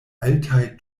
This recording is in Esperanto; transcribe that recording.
altaj